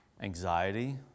anxiety